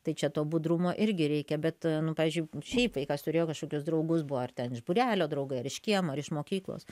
tai čia to budrumo irgi reikia bet nu pavyzdžiui šiaip vaikas turėjo kažkokius draugus buvo ar ten iš būrelio draugai ar iš kiemo ar iš mokyklos